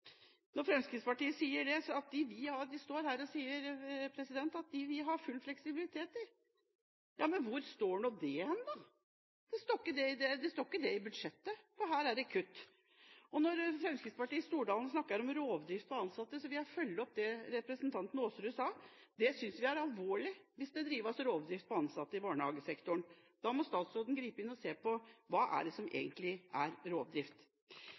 Fremskrittspartiet står her og sier at de vil ha full fleksibilitet. Men hvor står det? Det står ikke det i budsjettet, for der er det kutt. Når Stordalen fra Fremskrittspartiet snakker om rovdrift på ansatte, vil jeg følge opp det representanten Aasrud sa: Hvis det drives rovdrift på ansatte i barnehagesektoren, synes vi det er alvorlig. Da må statsråden gripe inn og se på hva som egentlig er rovdrift.